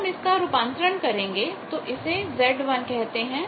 जब हम इसका रूपांतरण करेंगे तो इसे z1 कहते हैं